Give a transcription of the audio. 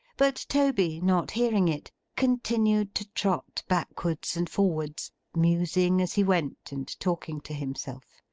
but toby, not hearing it, continued to trot backwards and forwards musing as he went, and talking to himself.